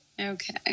Okay